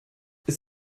ist